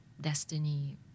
destiny